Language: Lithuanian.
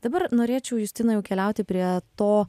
dabar norėčiau justina jau keliauti prie to